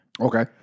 Okay